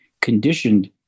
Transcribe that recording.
conditioned